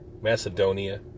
Macedonia